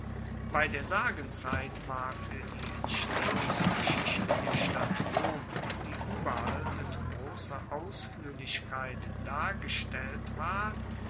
bei der sagenzeit war fuer die entstehungsgeschichte der stadt rom die ueberall mit grosser ausfuehrlichkeit dargestellt ward